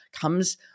comes